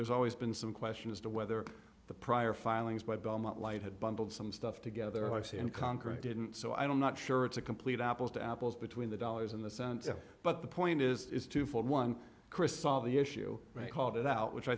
there's always been some question as to whether the prior filings by belmont light had bundled some stuff together and concrete didn't so i don't not sure it's a complete apples to apples between the dollars in the sense but the point is is twofold one chris solved the issue they called it out which i